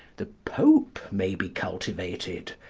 the pope may be cultivated.